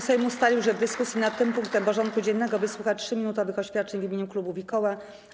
Sejm ustalił, że w dyskusji nad tym punktem porządku dziennego wysłucha 3-minutowych oświadczeń w imieniu klubów i koła.